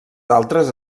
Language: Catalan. altres